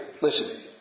listen